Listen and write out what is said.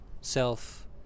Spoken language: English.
self